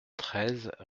treize